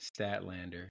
Statlander